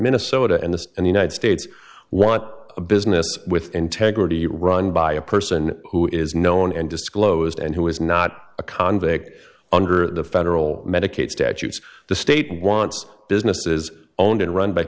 nesota and the and united states want a business with integrity run by a person who is known and disclosed and who is not a convict under the federal medicaid statutes the state wants businesses owned and run by